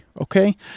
Okay